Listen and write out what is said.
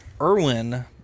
Erwin